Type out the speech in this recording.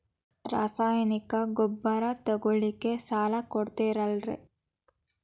ರಾಸಾಯನಿಕ ಗೊಬ್ಬರ ತಗೊಳ್ಳಿಕ್ಕೆ ಸಾಲ ಕೊಡ್ತೇರಲ್ರೇ?